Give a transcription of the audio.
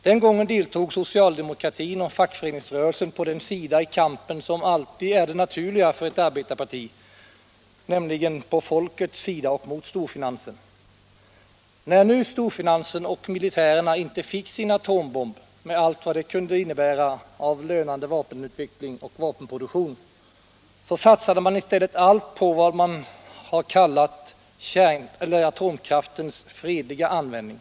Den gången deltog socialdemokratin och fackföreningsrörelsen på den sida i kampen som alltid är den naturliga för ett arbetarparti, nämligen på folkets sida mot storfinansen. När således storfinansen och militärerna inte fick sin atombomb, med allt vad det skulle ha kunnat innebära av lönande vapenutveckling och vapenproduktion, satsade man i stället allt på vad man kallade ”atomkraftens fredliga användning”.